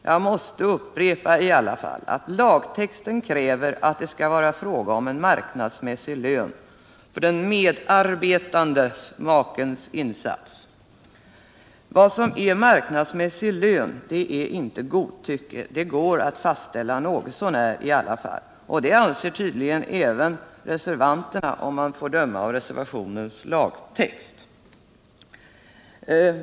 Jag måste i alla fall upprepa att lagtexten kräver att det skall vara fråga om en marknadsmässig lön för den medarbetande makens insats. Vad som är marknadsmässig lön är inte godtycke utan det går att fastställa något så när. Det anser tydligen även reservanterna om man får döma av reservationens lagtext.